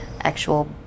actual